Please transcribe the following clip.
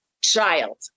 child